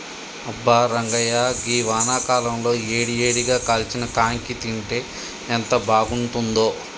అబ్బా రంగాయ్య గీ వానాకాలంలో ఏడి ఏడిగా కాల్చిన కాంకి తింటే ఎంత బాగుంతుందో